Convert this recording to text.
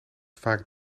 vaak